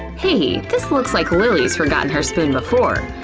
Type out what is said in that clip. hey, this looks like lilly's forgotten her spoon before.